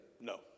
No